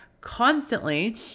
constantly